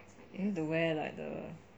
you need to wear like the